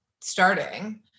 starting